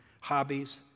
hobbies